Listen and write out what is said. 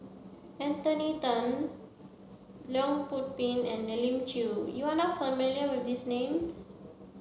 Anthony Then Leong Yoon Pin and Elim Chew you are not familiar with these names